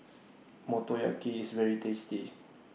Motoyaki IS very tasty